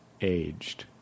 aged